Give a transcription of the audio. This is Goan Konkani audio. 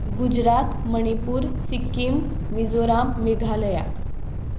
गुजरात मणिपूर सिक्कीम मिजोराम मेघालया